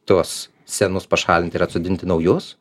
tuos senus pašalinti ir atsodinti naujus